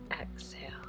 exhale